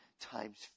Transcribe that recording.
times